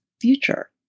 future